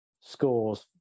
scores